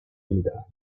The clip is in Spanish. ltda